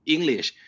English